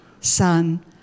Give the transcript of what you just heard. Son